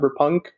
Cyberpunk